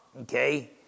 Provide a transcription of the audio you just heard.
Okay